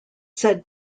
said